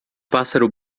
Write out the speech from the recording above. pássaro